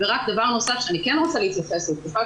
דבר נוסף שאני כן רוצה להתייחס לתקופת